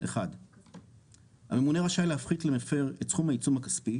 1. הממונה רשאי להפחית למפר את סכום העיצום הכספי,